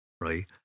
right